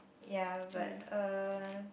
ya but uh